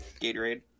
Gatorade